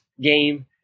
game